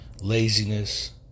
laziness